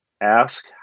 Ask